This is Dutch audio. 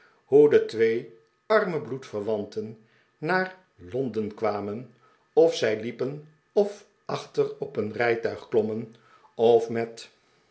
de twee arme bloedverwanten naar londen kwamen of zij liepen of achter op een rijtuig klommen pf met